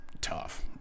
tough